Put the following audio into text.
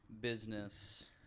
business